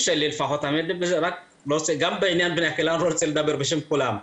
נמצא רק בחוזר מנכ"ל ורק בשפה העברית.